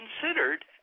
considered